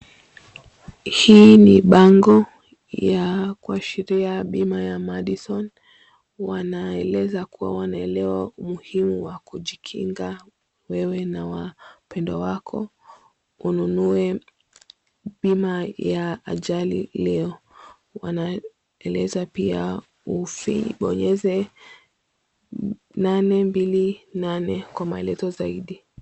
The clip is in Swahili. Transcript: Hii ni bango ya kuashiria bima ya MADISON. Wanaeleza kuwa wanaelewa umuhimu wa kujikinga wewe na wapendwa wako ununue bima ya ajali. Wanaeleza pia kuwa ubonyeze 828 kwa maelezo zaidi.